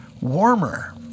warmer